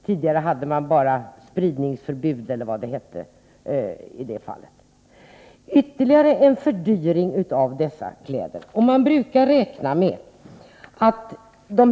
Tidigare hade man i det fallet bara spridningsförbud eller vad det hette.